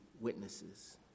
witnesses